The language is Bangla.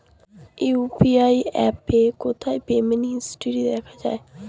ইউ.পি.আই অ্যাপে কোথায় পেমেন্ট হিস্টরি দেখা যায়?